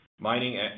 mining